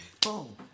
Boom